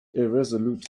irresolute